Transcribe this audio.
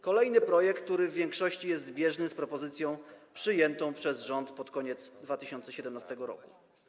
Kolejny projekt, który w większości jest zbieżny z propozycją przyjętą przez rząd pod koniec 2017 r.